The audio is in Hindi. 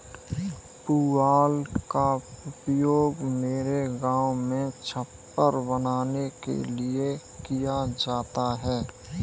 पुआल का उपयोग मेरे गांव में छप्पर बनाने के लिए किया जाता है